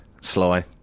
Sly